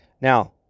Now